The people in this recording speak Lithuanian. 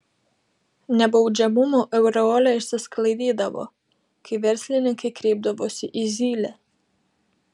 nebaudžiamumo aureolė išsisklaidydavo kai verslininkai kreipdavosi į zylę